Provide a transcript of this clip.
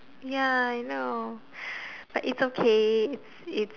ya I know but it's okay it's it's